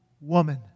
woman